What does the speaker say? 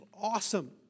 awesome